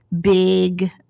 big